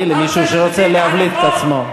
מילא מישהו שרוצה להבליט את עצמו,